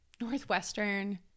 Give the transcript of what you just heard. Northwestern